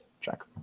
check